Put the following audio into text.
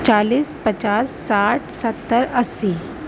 چالیس پچاس ساٹھ ستر اسّی